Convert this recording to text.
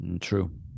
True